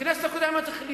בכנסת הקודמת.